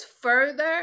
further